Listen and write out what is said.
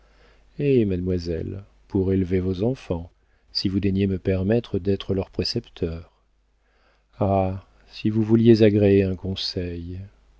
eh mademoiselle pour élever vos enfants si vous daignez me permettre d'être leur précepteur ah si vous vouliez agréer un conseil